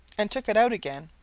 and took it out again.